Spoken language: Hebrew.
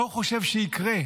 מה הוא חושב שיקרה?